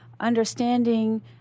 understanding